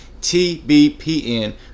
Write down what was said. TBPN